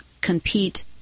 compete